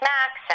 Max